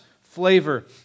flavor